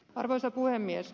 arvoisa puhemies